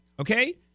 okay